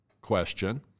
question